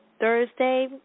Thursday